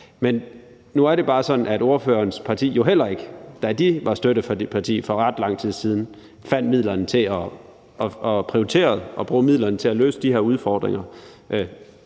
Men nu er det bare sådan, at spørgerens parti jo heller ikke, da de var støtteparti for ikke ret lang tid siden, fandt midlerne til at prioritere at løse de her udfordringer